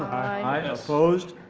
opposed?